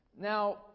Now